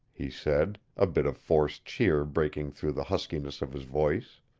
he said, a bit of forced cheer breaking through the huskiness of his voice.